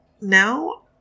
now